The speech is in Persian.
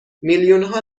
میلیونها